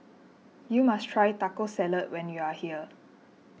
you must try Taco Salad when you are here